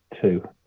two